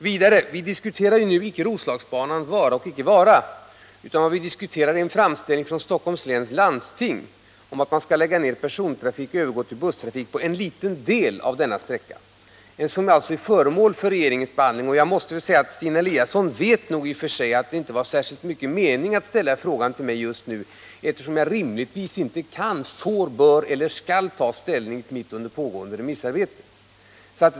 Vi diskuterar nu inte Roslagsbanans vara eller icke vara, utan vad vi diskuterar är en framställning från Stockholms läns landsting om att man skall lägga ner persontrafiken och övergå till busstrafik på en liten del av sträckan. Det är vad som är föremål för regeringens behandling, och jag måste väl säga att Stina Andersson vet nog i och för sig att det var inte särskilt stor mening med att ställa frågan till mig just nu, eftersom jag rimligtvis inte kan, får, bör eller skall ta ställning mitt under pågående remissarbete.